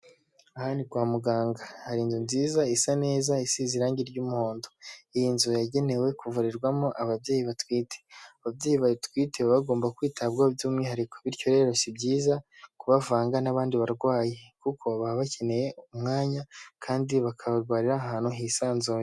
Aha ni kwa muganga, hari inzu nziza isa neza isize irangi ry'umuhondo, iyi nzu yagenewe kuvurirwamo ababyeyi batwite, ababyeyi batwite bagomba kwitabwaho by'umwihariko, bityo rero si byiza kubavanga n'abandi barwayi, kuko baba bakeneye umwanya kandi bakarwarira ahantu hisanzuye.